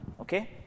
Okay